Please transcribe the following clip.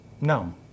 no